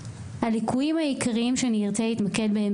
במסגרת הליקויים העיקריים שאני ארצה להתמקד בהם